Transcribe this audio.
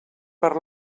per